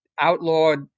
outlawed